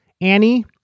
Annie